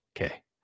Okay